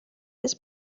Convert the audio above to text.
this